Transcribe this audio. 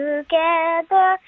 Together